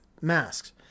Masks